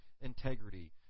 integrity